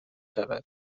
شود